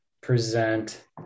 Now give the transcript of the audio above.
present